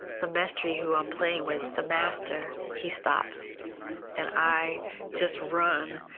the mestre who i'm playing with, the master, he stops and i just run,